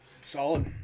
Solid